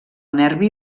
nervi